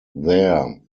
there